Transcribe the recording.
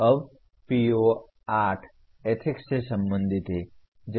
अब PO8 ethics से संबंधित है